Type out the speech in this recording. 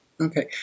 Okay